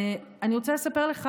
אני רוצה לספר לך,